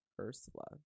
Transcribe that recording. Ursula